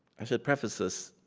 i should preface this